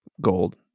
gold